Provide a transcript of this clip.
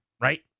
right